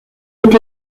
est